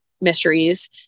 mysteries